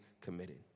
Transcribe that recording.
committed